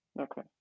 okay